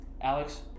Alex